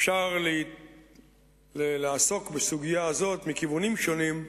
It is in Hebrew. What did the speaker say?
אפשר לעסוק בסוגיה הזאת מכיוונים שונים,